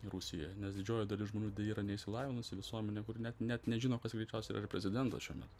rusijoj nes didžioji dalis žmonių yra neišsilavinusi visuomenė kuri net net nežino kas greičiausia prezidentas šiuo metu